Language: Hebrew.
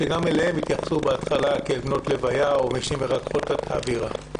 שגם אליהן התייחסו בהתחלה כאל בנות לוויה או כאל מי שמרככות את האווירה.